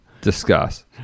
Discuss